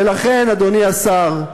ולכן, אדוני השר,